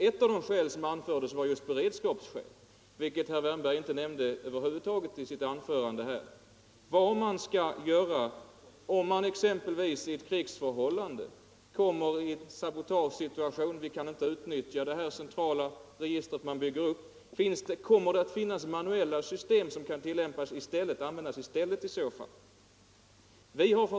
Ett av de skäl som anfördes var just beredskapsskäl, vilket herr Wärnberg över huvud taget inte nämnde i sitt anförande. Vad skall man göra i exempelvis en sabotagesituation under ett krigsförhållande då man inte kan utnyttja det centrala registret? Kommer det att finnas manuella system som kan användas i stället?